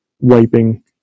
wiping